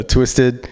Twisted